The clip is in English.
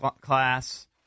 class